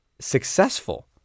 successful